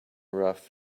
rough